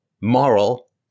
moral